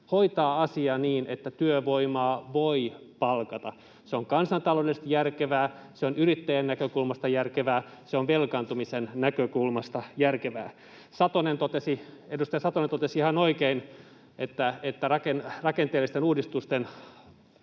hoitaa asia niin, että työvoimaa voi palkata. Se on kansantaloudellisesti järkevää, se on yrittäjän näkökulmasta järkevää, se on velkaantumisen näkökulmasta järkevää. Edustaja Satonen totesi ihan oikein, että rakenteellisten uudistusten